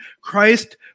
Christ